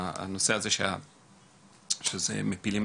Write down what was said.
ההפלה על האישה את הנושא הזה היא גם בעיה.